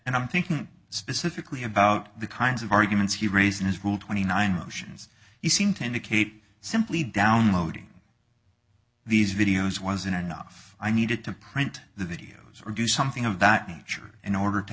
and i'm thinking specifically about the kinds of arguments he raised in his rule twenty nine motions he seemed to indicate simply downloading these videos was enough i needed to print the videos or do something of that nature in order to